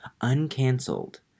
uncancelled